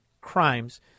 crimes